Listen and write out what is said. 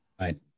Right